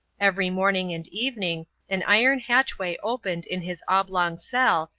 every morning and evening an iron hatchway opened in his oblong cell,